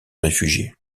réfugier